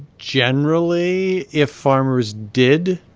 generally, if farmers did,